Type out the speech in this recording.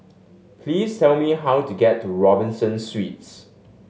please tell me how to get to Robinson Suites